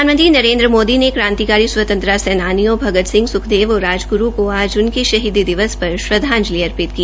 प्रधानमंत्री नरेन्द्र मोदी ने क्रांतिकारी स्वतत्रता सेनानियों भगत सिंह सुखदेव और राजग्रू को आज उनके शहीदी दिवस पर श्रदवांजलि अर्पित की